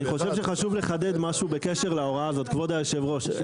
אני חושב שכדאי לחדד משהו בקשר להוראה הזאת כבוד יושב הראש.